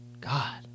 God